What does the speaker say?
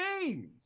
games